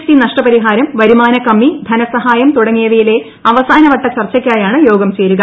T നഷ്ടപരിഹാരം വരുമാന കമ്മി ധനസഹായം തുടങ്ങിയവയിലെ അവസാനവട്ട ചർച്ചയ്ക്കായാണ് യോഗം ചേരുക